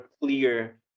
clear